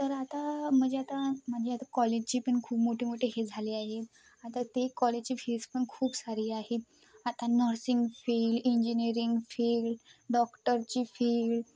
तर आता म्हणजे आता म्हणजे आता कॉलेजची पण खूप मोठे मोठे हे झाले आहेत आता ते कॉलेजची फीज पण खूप सारी आहे आता नर्सिंग फील इंजिनिअरिंग फील्ड डॉक्टरची फील्ड